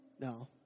No